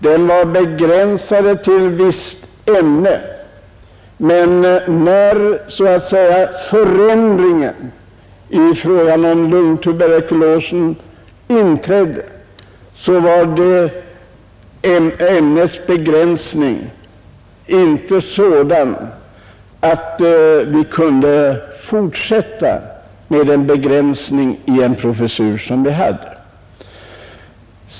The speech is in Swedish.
De var avgränsade till visst ämne, och när möjligheterna att bota lungtuberkulos hade starkt förbättrats gjorde ämnets avgränsning att man inte kunde ha kvar dessa professurer.